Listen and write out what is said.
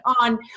on